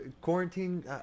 quarantine